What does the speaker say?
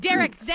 Derek